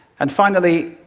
and finally,